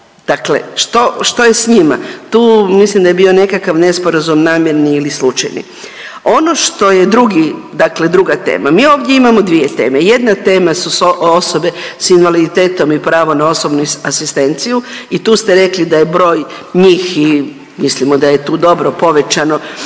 Dakle što je s njima? Tu mislim da je bio nekakav nesporazum namjerni ili slučajni. Ono što je drugi, dakle druga tema. Mi ovdje imamo dvije teme. Jedna tema su osobe sa invaliditetom i pravo na osobnu asistenciju i tu ste rekli da je broj njih i mislimo da je tu dobro povećano